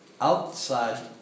outside